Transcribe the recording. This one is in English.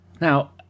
Now